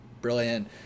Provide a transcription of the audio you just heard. brilliant